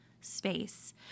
space